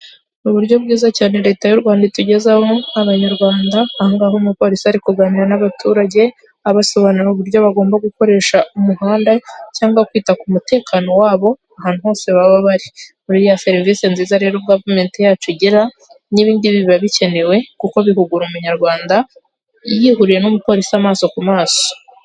Mu uburyo bwiza cyane leta y'Urwanda itugezaho nk' abanyarwanda, aha ngaha umupolisi ari kuganira n'abaturage abasobanurirara uburyo bagomba gukoresha umuhanda cyangwa kwita ku mutekano wabo, ahantu hose baba bari, muri ya serivisi nziza rero gavumeti yacu igira, n'ibi ngibi biba bikenewe, kuko bihugura umunyarwanda, yihuriye n'umupolisi amaso ku maso.